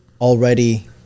already